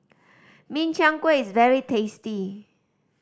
Min Chiang Kueh is very tasty